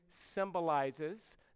symbolizes